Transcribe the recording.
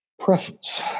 Preference